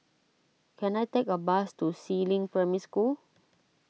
can I take a bus to Si Ling Primary School